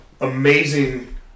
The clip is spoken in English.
amazing